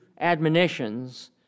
admonitions